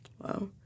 Wow